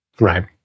Right